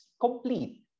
complete